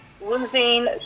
losing